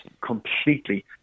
completely